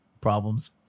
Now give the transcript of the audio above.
problems